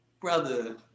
brother